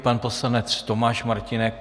Pan poslanec Tomáš Martínek.